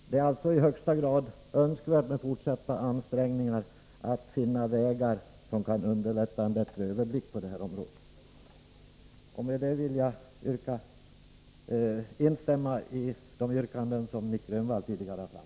Det är alltså i högsta grad önskvärt med fortsatta ansträngningar att finna vägar som kan underlätta en bättre överblick på det här området. Nr 55 Med det vill jag instämma i de yrkanden som Nic Grönvall tidigare har